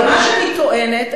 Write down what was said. אבל מה שאני טוענת,